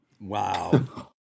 Wow